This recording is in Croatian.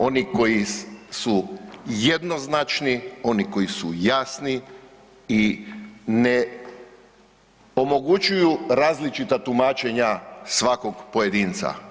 Oni koji su jednoznačni, oni koji su jasni i ne omogućuju različita tumačenja svakog pojedinca.